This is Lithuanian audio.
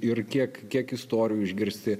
ir kiek kiek istorijų išgirsti